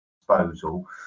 disposal